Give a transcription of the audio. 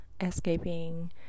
escaping